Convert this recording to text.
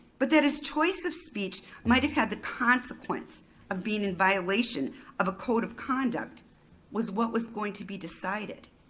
but that his choice of speech might have had the consequence consequence of being in violation of a code of conduct was what was going to be decided.